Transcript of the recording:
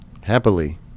happily